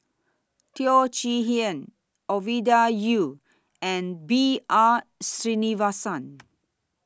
Teo Chee Hean Ovidia Yu and B R Sreenivasan